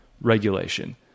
regulation